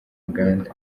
uganda